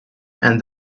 and